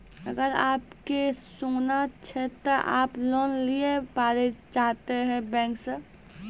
अगर आप के सोना छै ते आप लोन लिए पारे चाहते हैं बैंक से?